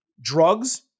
drugs